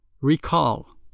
Recall